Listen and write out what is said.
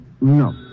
No